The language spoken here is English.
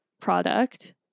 product